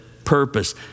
purpose